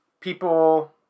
people